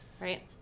right